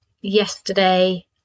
yesterday